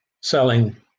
selling